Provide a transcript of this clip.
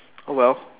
oh well